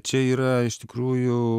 čia yra iš tikrųjų